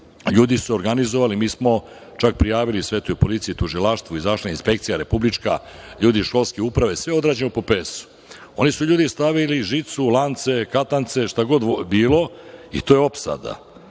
ljudi su organizovali, mi smo čak prijavili sve to i u policiji, tužilaštvu, izašla je republička inspekcija, ljudi iz školske uprave. Sve je odrađeno po pe-esu. Oni su ljudi stavili žicu, lance, katance, šta god bilo i to je opsada.